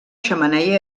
xemeneia